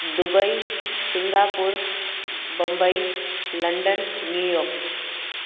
Dubai Singapore Mumbai London New York